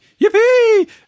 yippee